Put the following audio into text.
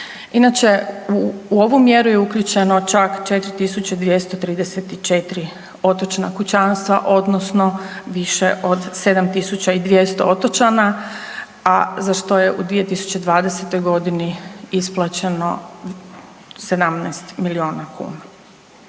Inače u ovu mjeru je uključeno čak 4234 otočna kućanstva odnosno više od 7200 otočana, a za što je u 2020.g. isplaćeno 17 milijuna kuna.